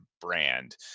brand